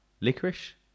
licorice